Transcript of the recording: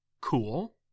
cool